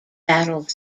battle